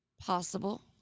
possible